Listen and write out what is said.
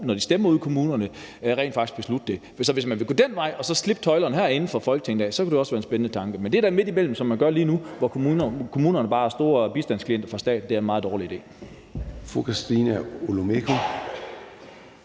når de stemmer ude i kommunerne, rent faktisk beslutte det. Så hvis man vil gå den vej og slippe tøjlerne herinde fra Folketinget af, kunne det også være en spændende tanke. Men det der midt imellem, som man gør lige nu, hvor kommunerne bare er store bistandsklienter for staten, er en meget dårlig idé.